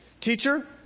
Teacher